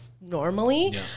normally